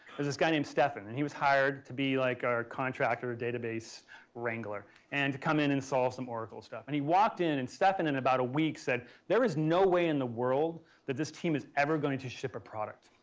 was this guy named stephon and he was hired to be like our contractor, ah database wrangler and to come in and solve some oracle stuff. and he walked in and stephon in about a week said there is no way in the world that this team is ever going to ship a product.